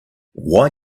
why